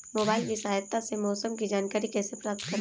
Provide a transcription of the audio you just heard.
Mobile की सहायता से मौसम की जानकारी कैसे प्राप्त करें?